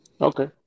Okay